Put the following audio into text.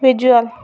visual